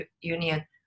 union